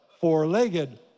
four-legged